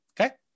Okay